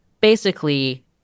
basically-